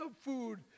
food